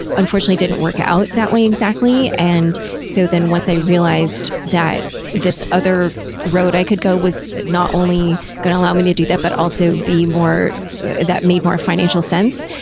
unfortunately, didn't work out that way exactly. and so then once i realized that this other road i could go was not only going to allow me to do that, but also be more that made more financial sense,